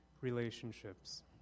relationships